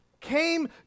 came